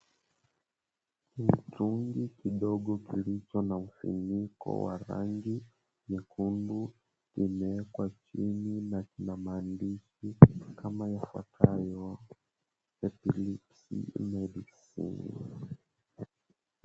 Mtungi kidogo kilicho na ufuniko wa rangi nyekundu kimeekwa chini na kina maandishi kama yafuatayo, epilipsy medicine.